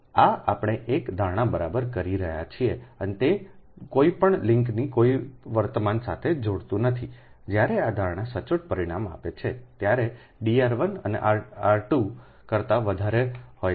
આ આપણે એક ધારણા બરાબર કરી રહ્યા છીએ અને તે કોઈ પણ લિંકને કોઈ વર્તમાન સાથે જોડતું નથી જ્યારે આ ધારણા સચોટ પરિણામ આપે છે જ્યારે d r 1 અને r 2 કરતા વધારે હોય ત્યારે